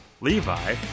Levi